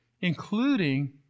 including